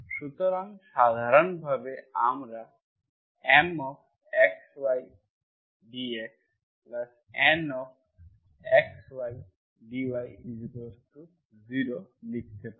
সুতরাং সাধারণভাবে আমরা Mxy dxNxy dy0 লিখতে পারি